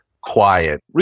quiet